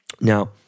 Now